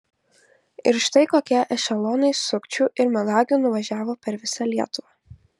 ir štai kokie ešelonai sukčių ir melagių nuvažiavo per visą lietuvą